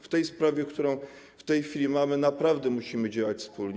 W tej sprawie, którą w tej chwili mamy, naprawdę musimy działać wspólnie.